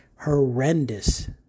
horrendous